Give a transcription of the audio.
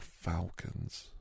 falcons